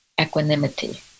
equanimity